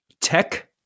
Tech